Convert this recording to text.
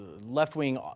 left-wing